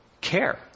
care